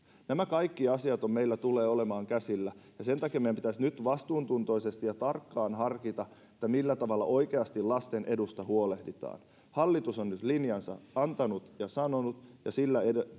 nämä kaikki asiat meillä tulee olemaan käsillä ja sen takia meidän pitäisi nyt vastuuntuntoisesti ja tarkkaan harkita millä tavalla oikeasti lasten edusta huolehditaan hallitus on nyt linjansa antanut ja sanonut ja sillä